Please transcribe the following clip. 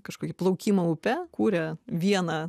kažkokį plaukimą upe kuria vieną